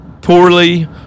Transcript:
poorly